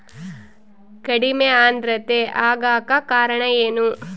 ಕಡಿಮೆ ಆಂದ್ರತೆ ಆಗಕ ಕಾರಣ ಏನು?